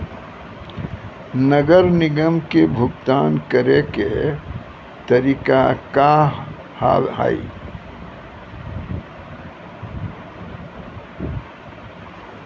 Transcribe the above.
नगर निगम के भुगतान करे के तरीका का हाव हाई?